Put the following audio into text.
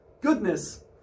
goodness